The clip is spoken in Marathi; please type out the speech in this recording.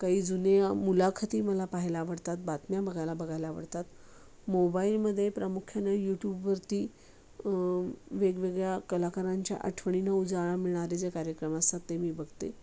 काही जुने मुलाखती मला पाहायला आवडतात बातम्या बघायला बघायला आवडतात मोबाईलमध्ये प्रामुख्याने यूट्यूबवरती वेगवेगळ्या कलाकारांच्या आठवणींना उजाळा मिळणारे जे कार्यक्रम असतात ते मी बघते